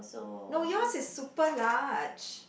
no your is super large